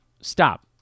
Stop